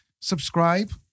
subscribe